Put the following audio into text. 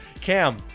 Cam